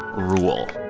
rule.